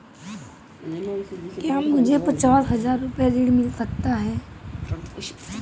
क्या मुझे पचास हजार रूपए ऋण मिल सकता है?